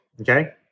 Okay